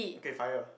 okay fire